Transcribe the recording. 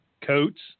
Coats